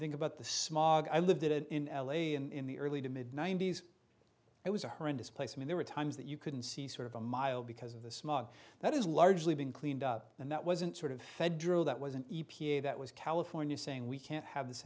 think about the small i lived in l a in the early to mid ninety's it was a horrendous place i mean there were times that you couldn't see sort of a mile because of the smog that is largely been cleaned up and that wasn't sort of federal that was an e p a that was california saying we can't have this